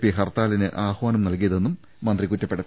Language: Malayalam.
പി ഹർത്താലിന് ആഹ്വാനം നൽകിയതെന്നും മന്ത്രി കുറ്റപ്പെടുത്തി